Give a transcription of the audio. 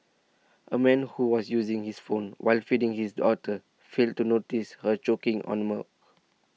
a man who was using his phone while feeding his daughter failed to notice her choking on the milk